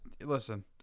listen